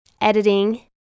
editing